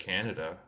Canada